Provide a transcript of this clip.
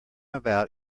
about